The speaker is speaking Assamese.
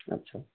আচ্ছা